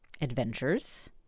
adventures